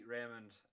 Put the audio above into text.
Raymond